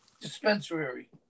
dispensary